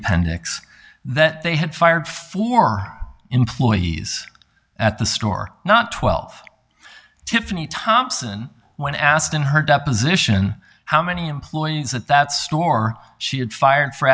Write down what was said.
appendix that they had fired four employees at the store not twelve tiffany thompson when asked in her deposition how many employees at that store she had fired for